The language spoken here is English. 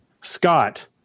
Scott